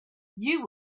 you